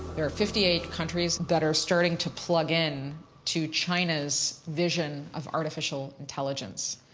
there are fifty eight countries that are starting to plug in to china's vision of artificial intelligence.